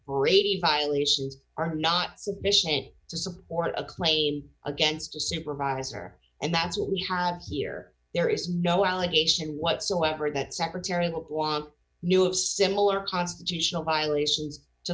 brady violations are not sufficient to support a claim against a supervisor and that's what we have here there is no allegation whatsoever that secretary will want newest similar constitutional violations to